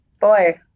Boy